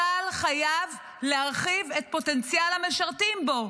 צה"ל חייב להרחיב את פוטנציאל המשרתים בו.